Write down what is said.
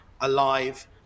alive